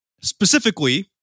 specifically